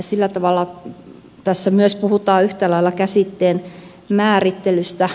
sillä tavalla tässä myös puhutaan yhtä lailla käsitteen määrittelystä